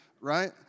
right